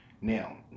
Now